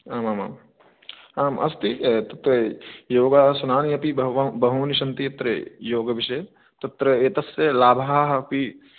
आम् आम् आम् आम् अस्ति तत् योगासनानि अपि बव बहूनि सन्ति तत्र योगविषये तत्र एतस्य लाभाः अपि